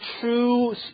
true